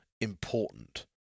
important